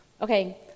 Okay